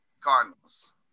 Cardinals